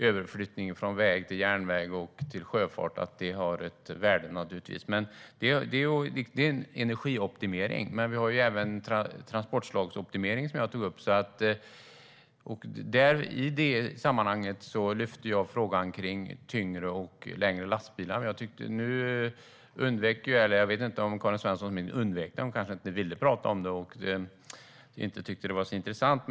Överflyttning från väg till järnväg och sjöfart har naturligtvis ett värde. Det är energioptimering. Men jag tog även upp transportslagsoptimering. I det sammanhanget lyfte jag frågan om tyngre och längre lastbilar. Jag vet inte om Karin Svensson Smith inte ville prata om det och inte tyckte att det var så intressant.